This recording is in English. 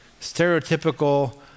stereotypical